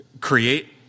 create